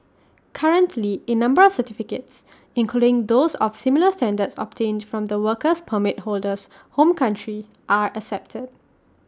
currently A number of certificates including those of similar standards obtained from the works permit holder's home country are accepted